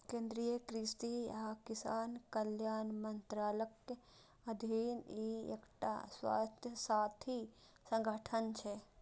केंद्रीय कृषि आ किसान कल्याण मंत्रालयक अधीन ई एकटा स्वायत्तशासी संगठन छियै